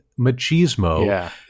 machismo